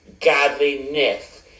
godliness